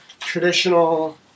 traditional